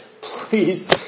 please